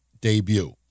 debut